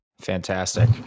Fantastic